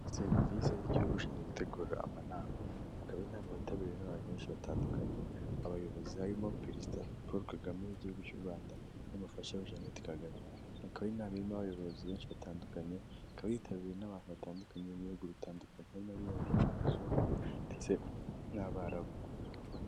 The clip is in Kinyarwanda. Serivisi y'igihugu ishinzwe gutegura amanama, hakaba inama yitabiriwe n'abantu benshi batandukanye, abayobozi barimo perezida Paul Kagame w'igihugu cy'u Rwanda n'umufasha we Jeannette kagame, akaba inama irimo abayobozi benshi batandukanye, ikaba yitabiriwe n'abantu batandukanye mu bihugu bitandukanye, harimo abirabura abazungu ndetse n'abarabu.